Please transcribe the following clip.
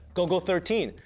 golgo thirteen,